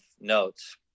notes